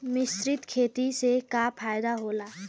मिश्रित खेती से का फायदा होई?